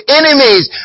enemies